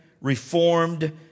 Reformed